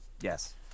Yes